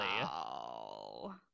Wow